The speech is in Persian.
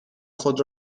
خود